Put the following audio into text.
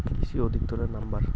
কৃষি অধিকর্তার নাম্বার?